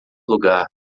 lugar